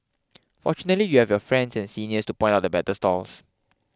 fortunately you have your friends and seniors to point out the better stalls